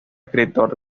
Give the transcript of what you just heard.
escritor